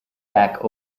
back